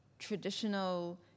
traditional